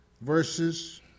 verses